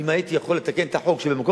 אם הייתי יכול לתקן את החוק שבמקום